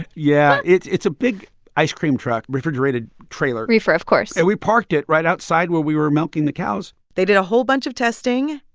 yeah, it's it's a big ice cream truck, refrigerated trailer reefer of course and we parked it right outside where we were milking the cows they did a whole bunch of testing,